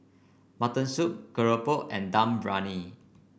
Mutton Soup Keropok and Dum Briyani